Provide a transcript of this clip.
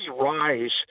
rise